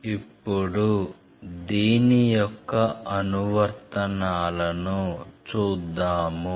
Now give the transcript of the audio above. ఇప్పుడు దీని యొక్క అనువర్తనాలను చూద్దాము